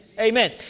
Amen